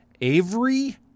Avery